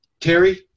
Terry